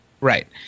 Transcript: right